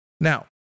Now